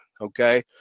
Okay